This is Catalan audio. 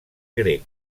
grec